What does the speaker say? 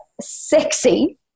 sexy